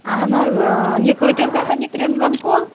اہن حظ اٍں یہِ کۭتِس گزھان یہِ کِرٛمزن کُل